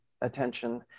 attention